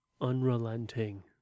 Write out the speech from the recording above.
unrelenting